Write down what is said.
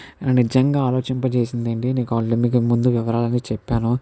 నన్ను నిజంగా ఆలోచింపజేసింది అండి నీకు ఆల్రెడీ మీకు ముందు వివరాలను చెప్పాను